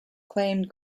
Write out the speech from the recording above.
claimed